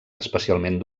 especialment